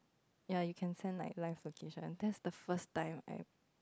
ya you can send like live location that's the first time I